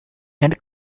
and